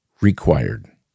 required